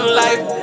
life